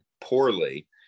poorly